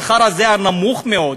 כי השכר הזה, הנמוך מאוד,